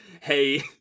hey